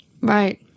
right